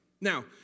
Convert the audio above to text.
Now